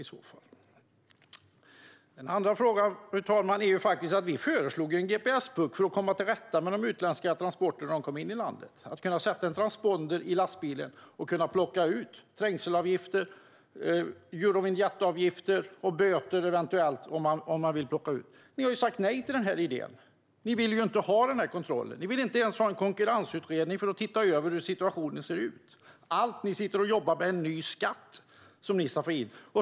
Vad gäller den andra frågan, fru talman, föreslog vi faktiskt en gps-puck för att komma till rätta med de utländska transporterna när de kommer in i landet och för att kunna sätta en transponder i lastbilen och kunna plocka ut trängselavgifter, Eurovinjettavgifter och eventuella böter. Ni har ju sagt nej till denna idé. Ni vill inte ha denna kontroll. Ni vill inte ens ha en konkurrensutredning för att se över hur situationen ser ut. Allt ni sitter och jobbar med är en ny skatt som ni ska få in.